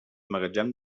magatzem